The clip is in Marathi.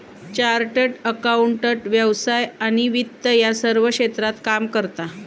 चार्टर्ड अकाउंटंट व्यवसाय आणि वित्त या सर्व क्षेत्रात काम करता